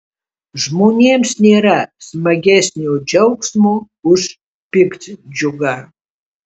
žmonėms nėra smagesnio džiaugsmo už piktdžiugą